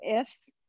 ifs